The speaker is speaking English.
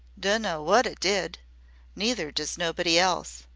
dunno wot it did neither does nobody else,